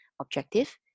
objective